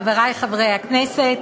חברי חברי הכנסת,